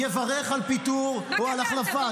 יברך על פיטורים או על החלפת --- מה כתבת?